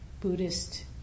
Buddhist